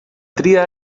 tria